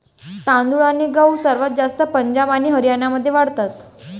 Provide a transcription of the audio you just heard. तांदूळ आणि गहू सर्वात जास्त पंजाब आणि हरियाणामध्ये वाढतात